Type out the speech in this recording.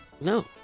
No